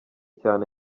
cyane